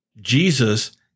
Jesus